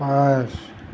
পাঁচ